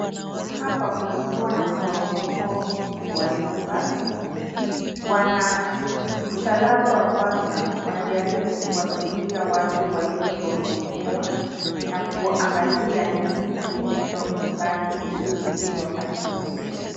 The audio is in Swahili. Hapa kumekuwa na mporomoko wa nyumba , wana msalaba wa kwanza wanajaribu kuwasaidia watu walioporomokewa na kuangalia ni nini kilichobaki mzuri ili wapate kusaidia .